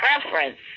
preference